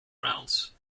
rounds